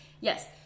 Yes